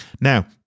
Now